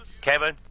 Kevin